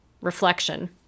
reflection